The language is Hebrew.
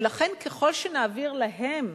ולכן, ככל שנעביר להם